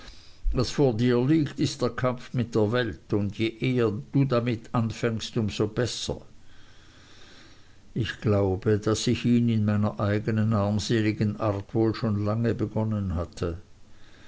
was vor dir liegt ist der kampf mit der welt und je eher du damit anfängst um so besser ich glaube daß ich ihn in meiner eignen armseligen art wohl schon lange begonnen hatte